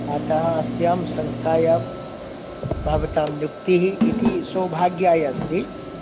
अतः अस्यां संस्थायां भवतां नियुक्तिः इति सौभाग्याय अस्ति